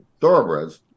thoroughbreds